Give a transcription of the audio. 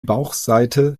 bauchseite